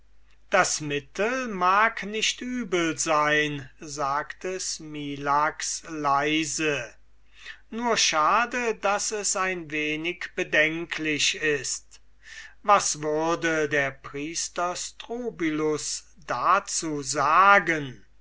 das mittel mag nicht übel sein sagte smilax leise nur schade daß es ein wenig bedenklich ist was würde der priester strobylus dazu sagen